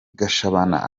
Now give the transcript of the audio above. gashabana